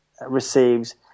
receives